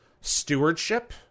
stewardship